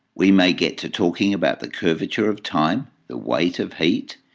we may get to talking about the curvature of time, the weight of heat,